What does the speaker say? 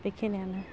बेखिनियानो